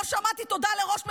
לא שמעתי תודה לראש הממשלה,